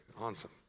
awesome